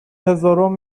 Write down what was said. هزارم